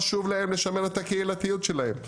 חשוב להם לשמר את הקהילתיות שלהם,